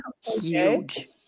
huge